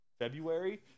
February